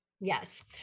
Yes